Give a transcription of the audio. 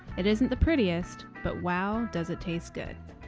it isn't the prettiest, but wow does it taste good.